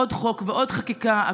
עוד חוק ועוד חקיקה,